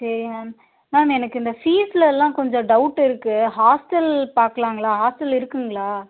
சரி ma'am ma'am எனக்கு இந்த ஃபீஸ்லலாம் கொஞ்சம் டவுட் இருக்கு ஹாஸ்டல் பார்க்கலாங்களா ஹாஸ்டல் இருக்குங்களா